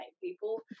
people